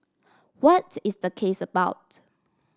what is the case about